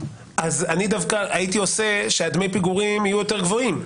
אז אני דווקא הייתי עושה שדמי הפיגורים יהיו יותר גבוהים;